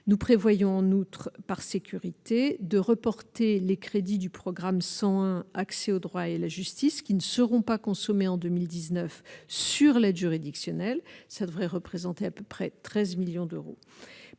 nous prévoyons en outre par sécurité de reporter les crédits du programme 101 accès au droit et la justice qui ne seront pas consommés en 2019 sur l'aide juridictionnelle, ça devrait représenter à peu près 13 millions d'euros